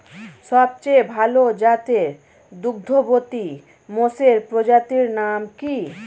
সবচেয়ে ভাল জাতের দুগ্ধবতী মোষের প্রজাতির নাম কি?